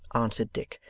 answered dick.